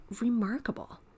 remarkable